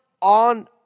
on